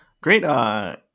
Great